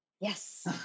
Yes